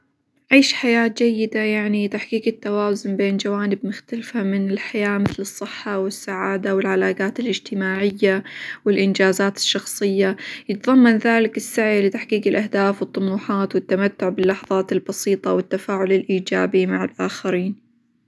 عيش حياة جيدة يعني تحقيق التوازن بين جوانب مختلفة من الحياة مثل: الصحة، والسعادة، والعلاقات الإجتماعية، والإنجازات الشخصية، يتظمن ذلك السعي لتحقيق الأهداف، والطموحات، والتمتع باللحظات البسيطة والتفاعل الإيجابي مع الآخرين.